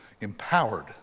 empowered